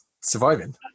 surviving